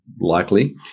likely